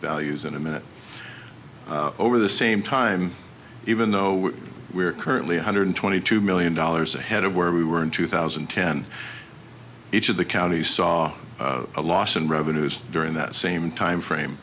values in a minute over the same time even though we are currently one hundred twenty two million dollars ahead of where we were in two thousand and ten each of the counties saw a loss in revenues during that same time frame